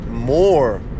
more